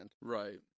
Right